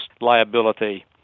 liability